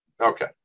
Okay